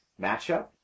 matchup